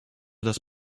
das